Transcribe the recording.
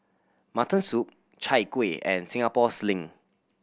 mutton soup Chai Kueh and Singapore Sling